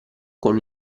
con